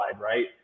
right